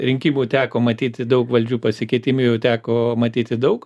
rinkimų teko matyti daug valdžių pasikeitimų jau teko matyti daug